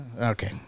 Okay